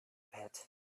pit